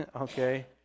Okay